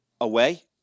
away